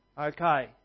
Okay